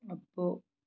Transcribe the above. అబ్బో